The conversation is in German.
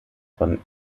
von